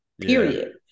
period